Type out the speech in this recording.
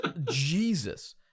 Jesus